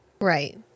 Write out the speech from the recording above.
Right